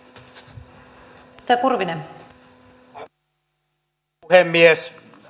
arvoisa rouva puhemies